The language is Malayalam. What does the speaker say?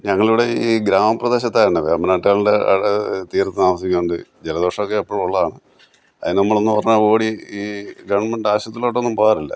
ഞങ്ങളിവിടെ ഈ ഗ്രാമപ്രദേശത്താണ് വേമ്പനാട്ട് കായലിന്റെ തീരത്ത് താമസിക്കുമ്പോള് ജലദോഷമൊക്കെ എപ്പോഴും ഉള്ളതാണ് അതിന് നമ്മളെന്നുപറഞ്ഞാല് ഓടി ഈ ഗവൺമെൻറ്റ് ആശുപത്രിയിലോട്ടൊന്നും പോകാറില്ല